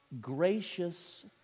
gracious